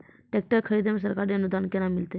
Tractor खरीदै मे सरकारी अनुदान केना मिलतै?